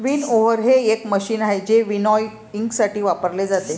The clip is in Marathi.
विनओव्हर हे एक मशीन आहे जे विनॉयइंगसाठी वापरले जाते